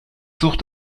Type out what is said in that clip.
sucht